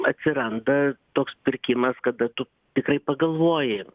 atsiranda toks pirkimas kada tu tikrai pagalvoji